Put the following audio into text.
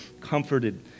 comforted